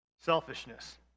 Selfishness